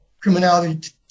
criminality